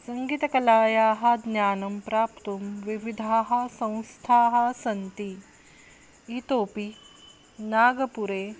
सङ्गीतकलायाः ज्ञानं प्राप्तुं विविधाः संस्थाः सन्ति इतोऽपि नागपुरे